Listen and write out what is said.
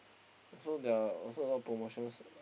so there are also a lot of promotions